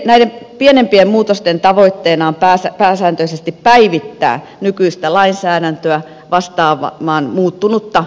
näiden pienempien muutosten tavoitteena on pääsääntöisesti päivittää nykyistä lainsäädäntöä vastaamaan muuttunutta toimintaympäristöä